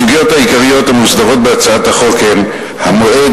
הסוגיות העיקריות המוסדרות בהצעת החוק הן: המועד